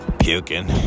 puking